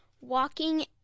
walking